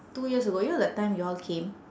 two years ago you know that time you all came